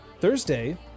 Thursday